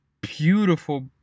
beautiful